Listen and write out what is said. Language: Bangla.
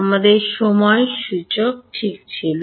আমাদের সময় সূচক ঠিক ছিল